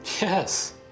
Yes